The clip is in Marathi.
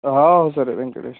how sir Venkatesh